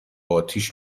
آتیش